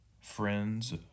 friends